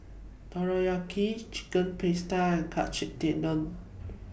Takoyaki Chicken Pasta and Katsu Tendon